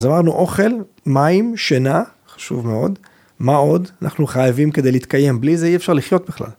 אז אמרנו אוכל, מים, שינה, חשוב מאוד. מה עוד? אנחנו חייבים כדי להתקיים בלי זה, אי אפשר לחיות בכלל.